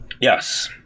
Yes